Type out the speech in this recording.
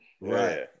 right